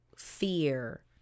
fear